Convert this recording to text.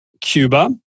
Cuba